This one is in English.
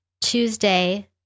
Tuesday